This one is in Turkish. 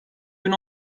bin